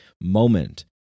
moment